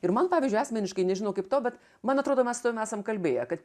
ir man pavyzdžiui asmeniškai nežinau kaip tau bet man atrodo mes su tavim sam kalbėję kad